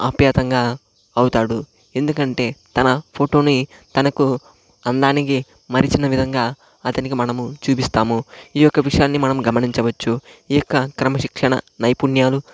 ఆప్యాయతంగా అవుతాడు ఎందుకంటే తన ఫోటో నే తనకు అందానికి మలిచిన విధంగా అతనికి మనము చూపిస్తాము ఈ యొక్క విషయాన్ని మనం గమనించవచ్చు ఈ యొక్క క్రమశిక్షణ నైపుణ్యాలు